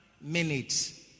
minutes